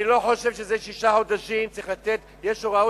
אני לא חושב שצריך לתת שישה חודשים.